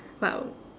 but I'll